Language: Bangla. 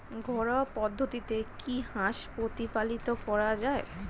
ঘরোয়া পদ্ধতিতে কি হাঁস প্রতিপালন করা যায়?